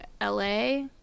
la